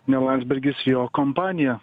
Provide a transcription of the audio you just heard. ne landsbergis ir jo kompanija